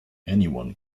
anyone